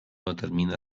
determina